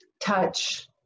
Touch